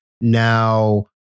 now